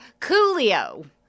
Coolio